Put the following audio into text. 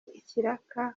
ikiraka